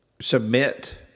submit